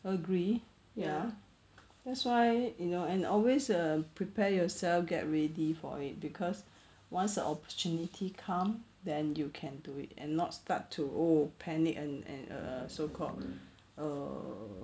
agree that's why you know and always err prepare yourself get ready for it cause once the opportunity come then you can do it and not start to oh panic and and err so called err